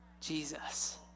Jesus